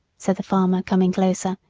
said the farmer, coming closer,